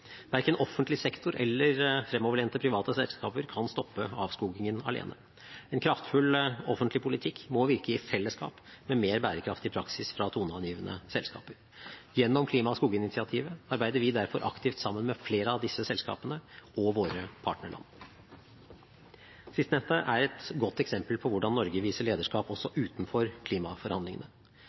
Verken offentlig sektor eller fremoverlente private selskaper kan stoppe avskogingen alene. En kraftfull offentlig politikk må virke i fellesskap med mer bærekraftig praksis fra toneangivende selskaper. Gjennom Klima- og skoginitiativet arbeider vi derfor aktivt sammen med flere av disse selskapene og våre partnerland. Sistnevnte er et godt eksempel på hvordan Norge viser lederskap også utenfor klimaforhandlingene.